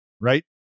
right